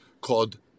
called